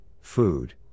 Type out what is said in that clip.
food